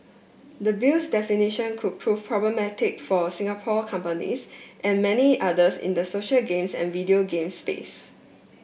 the Bill's definitions could prove problematic for Singapore companies and many others in the social games and video game space